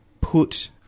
put